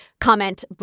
comment